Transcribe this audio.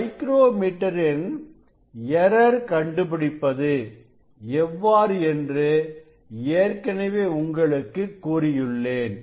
micro metre ன் error கண்டுபிடிப்பது எவ்வாறு என்று ஏற்கனவே உங்களுக்கு கூறியுள்ளேன்